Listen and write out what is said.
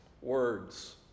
Words